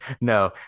No